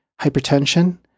hypertension